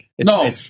No